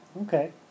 Okay